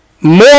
more